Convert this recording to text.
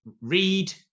Read